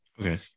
okay